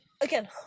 again